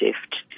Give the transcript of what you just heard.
shift